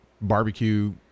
barbecue